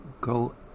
go